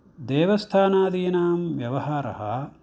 देवस्थानादीनां व्यवहारः